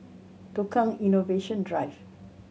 Tukang Innovation Drive